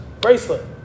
bracelet